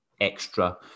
extra